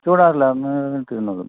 ചൂടാറില്ല നിന്നോളും